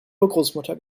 urgroßmutter